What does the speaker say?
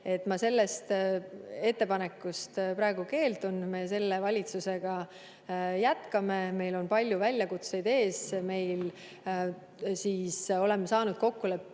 Ma sellest ettepanekust praegu keeldun. Me selle valitsusega jätkame, meil on palju väljakutseid ees. Oleme saanud kokkuleppele